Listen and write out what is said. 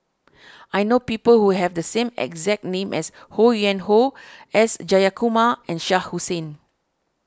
I know people who have the same exact name as Ho Yuen Hoe S Jayakumar and Shah Hussain